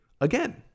again